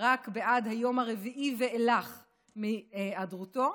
רק בעד היום הרביעי ואילך של היעדרותו.